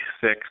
six